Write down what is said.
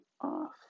off